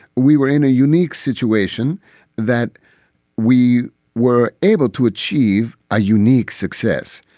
we were in a unique situation that we were able to achieve a unique success.